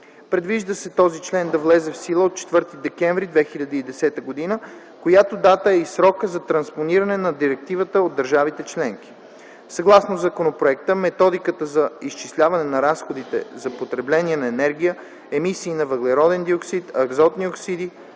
Предвижда се този член да влезе в сила от 4 декември 2010 г., която дата е и срокът за транспониране на директивата от държавите членки. Съгласно законопроекта методиката за изчисляване на разходите за потребление на енергия, емисии на въглероден диоксид, азотни оксиди,